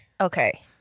Okay